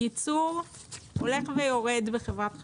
הייצור הולך ויורד בחברת החשמל,